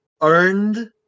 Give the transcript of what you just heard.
earned